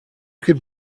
could